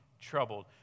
troubled